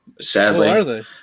sadly